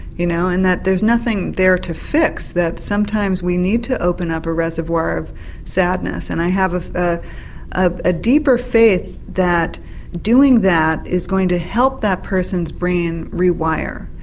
you know, and that there's nothing there to fix, that sometimes we need to open up a reservoir of sadness. and i have ah ah ah a deeper faith that doing that is going to help that person's brain rewire.